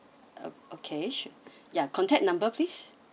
uh okay ya contact number please